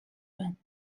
байна